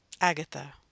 Agatha